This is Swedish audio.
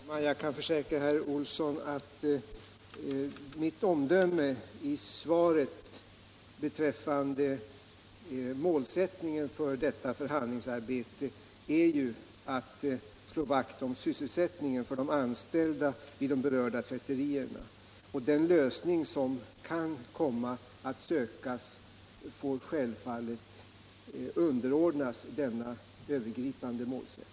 Herr talman! Jag kan försäkra herr Olsson i Edane att det omdöme som jag ger i mitt svar, nämligen att målsättningen för förhandlingsarbetet är att slå vakt om sysselsättningen för de anställda vid de berörda tvätterierna, står fast. Den lösning som kan komma att sökas får självfallet underordnas denna övergripande målsättning.